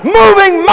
moving